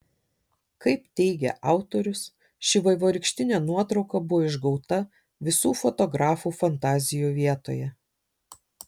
kaip teigia autorius ši vaivorykštinė nuotrauka buvo išgauta visų fotografų fantazijų vietoje